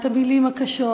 את המילים הקשות,